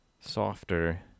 softer